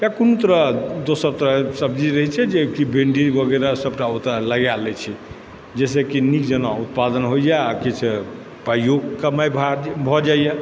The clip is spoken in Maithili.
के या कोनो दोसर तरहके सब्जी रहै छै जेकि भिण्डी वगैरह सबटा ओतऽ लगा लै छी जाहिसँ कि नीक जेना उत्पादन होइए आओर किछु पाइयो कमाइ भऽ जाइए